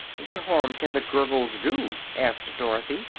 what harm can the gurgles do? asked dorothy.